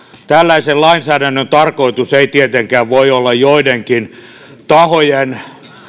tällaisen lainsäädännön tarkoitus ei tietenkään voi olla joidenkin tahojen